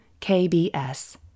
KBS